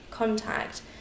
contact